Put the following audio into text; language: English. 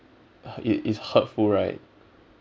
it it's hurtful right